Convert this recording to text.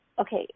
okay